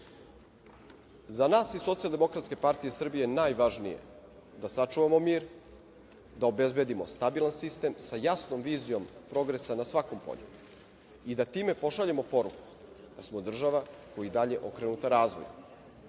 nas iz Socijaldemokratske partije Srbije je najvažnije da sačuvamo mir, da obezbedimo stabilan sistem, sa jasnom vizijom progresa na svakom polju i da time pošaljemo poruku da smo država koja je i dalje okrenuta razvoju.Zašto